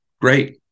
great